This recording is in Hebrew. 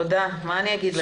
תודה, מה אני אגיד לך?